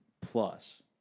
plus